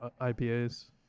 IPAs